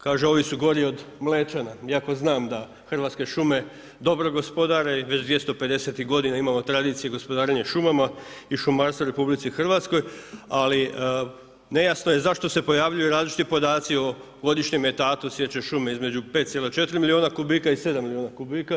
Kaže ovi su gori od Mlečana, iako znam da Hrvatske šume dobro gospodare i već 250 godina imamo tradiciju gospodarenja šumama i šumarstva u RH, ali nejasno je zašto se pojavljuju različiti podaci o godišnjem etatu sječe šume između 5,4 milijuna kubika i 7 milijuna kubika.